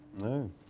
No